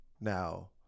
now